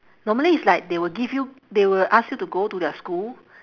normally it's like they will give you they will ask you to go to their school